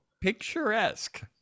picturesque